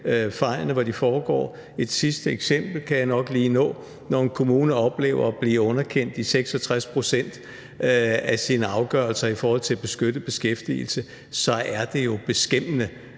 fejlene, hvor de foregår. Et sidste eksempel kan jeg nok lige nå. Når en kommune oplever at blive underkendt i 66 pct. af sine afgørelser om beskyttet beskæftigelse, er det jo beskæmmende,